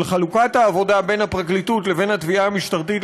של חלוקת העבודה בין הפרקליטות לבין התביעה המשטרתית,